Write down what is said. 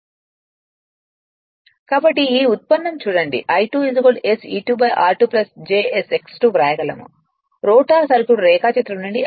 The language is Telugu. కాబట్టి ఈ ఉత్పన్నం చూడండి I2 SE2 r2 j SX 2 వ్రాయగలము రోటర్ సర్క్యూట్ రేఖాచిత్రం నుండి